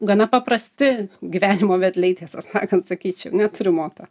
gana paprasti gyvenimo vedliai tiesą sakant sakyčiau neturiu moto